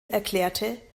erklärte